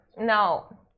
Now